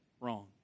wrong